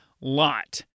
Lot